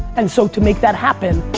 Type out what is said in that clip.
and so to make that happen,